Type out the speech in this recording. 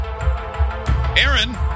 Aaron